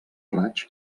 raig